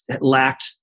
lacked